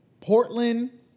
Portland